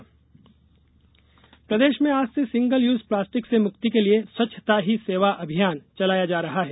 स्वच्छता ही सेवा प्रदेश में आज से सिंगल यूज प्लास्टिक से मुक्ति के लिए स्वच्छता ही सेवा अभियान चलाया जा रहा है